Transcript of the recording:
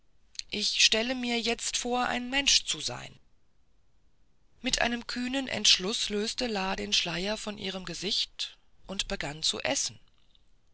ich stelle mir jetzt vor ein mensch zu sein und mit einem kühnen entschluß löste la den schleier von ihrem gesicht und begann zu essen